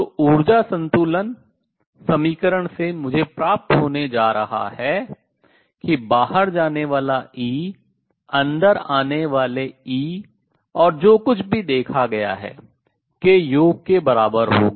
तो ऊर्जा संतुलन समीकरण से मुझे प्राप्त होने जा रहा है कि बाहर जाने वाला E अंदर आने वाले E और जो कुछ भी देखा गया है के योग के बराबर होगा